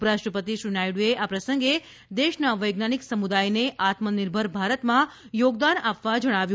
ઉપરાષ્ટ્રપતિ શ્રી નાયડુએ આ પ્રસંગે દેશના વૈજ્ઞાનિક સમુદાયને આત્મનિર્ભર ભારતમાં યોગદાન આપવા જણાવ્યું